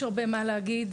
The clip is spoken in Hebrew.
יש הרבה מה להגיד,